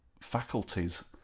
faculties